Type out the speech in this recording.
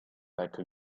like